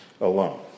alone